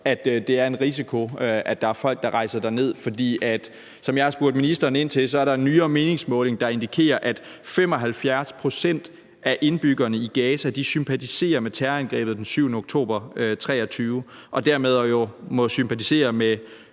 at det er en risiko, at folk rejser derned. Som jeg har spurgt ministeren ind til, er der en nyere meningsmåling, der indikerer, at 75 pct. af indbyggerne i Gaza sympatiserer med terrorangrebet den 7. oktober 2023 og dermed jo må sympatisere med